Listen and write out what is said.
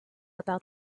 about